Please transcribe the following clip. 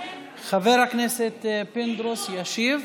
חבר הכנסת פינדרוס ישיב.